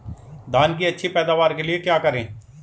धान की अच्छी पैदावार के लिए क्या करें?